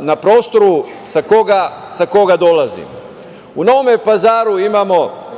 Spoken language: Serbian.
na prostoru sa koga dolazim, u Novom Pazaru imamo